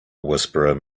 whisperer